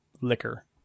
liquor